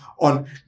on